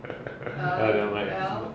um never mind lah